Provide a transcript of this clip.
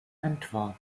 antwort